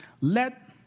Let